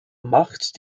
macht